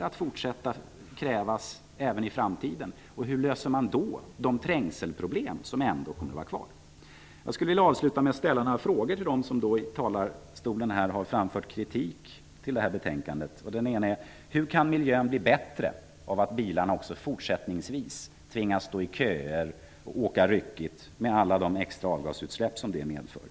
att fortsätta kräva individuella transporter även i framtiden. Hur löses då de trängselproblem som ändå kommer att finnas kvar? Jag skulle vilja avsluta med att ställa några frågor till dem som här i talarstolen framfört kritik mot trafikutskottets betänkande TU24. Hur kan miljön bli bättre av att man också fortsättningsvis tvingas stå med bilarna i köer och åka ryckigt, med alla de extra avgasutsläpp som det medför?